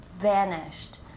vanished